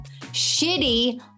shitty